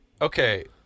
okay